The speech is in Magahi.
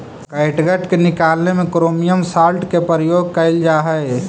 कैटगट के निकालने में क्रोमियम सॉल्ट के प्रयोग कइल जा हई